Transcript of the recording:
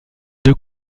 deux